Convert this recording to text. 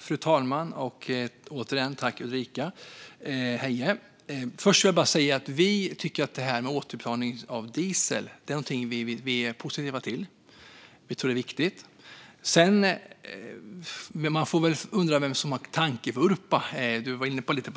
Fru talman! Tack igen, Ulrika Heie! Återbetalning av dieselskatten är något som vi är positiva till. Vi tror att det är viktigt. Man kan undra vem som gör en tankevurpa. Du var inne på det lite